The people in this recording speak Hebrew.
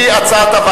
סעיף 24,